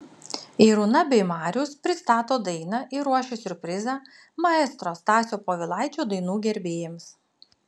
irūna bei marius pristato dainą ir ruošia siurprizą maestro stasio povilaičio dainų gerbėjams